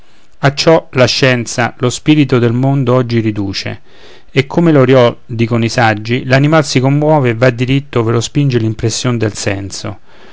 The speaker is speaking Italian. a ciò la scienza lo spirito del mondo oggi riduce e come l'oriol dicono i saggi l'animal si commuove e va diritto ove lo spinge l'impression del senso